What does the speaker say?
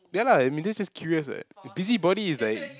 ya lah I mean this is curious what busybody is like